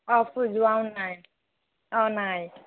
অঁ যোৱাও নাই অঁ নাই